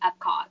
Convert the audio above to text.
Epcot